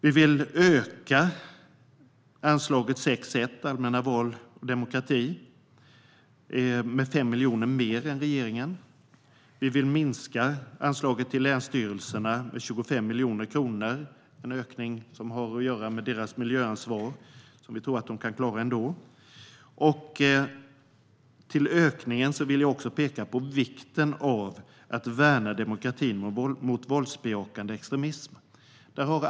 Vi vill öka anslaget 6:1, Allmänna val och demokrati, med 5 miljoner mer än regeringen. Vi vill minska anslaget till länsstyrelserna med 25 miljoner kronor. Det är en ökning som har att göra med deras miljöansvar, som vi tror att de kan klara ändå. Jag vill också peka på vikten av att värna demokratin mot våldsbejakande extremism.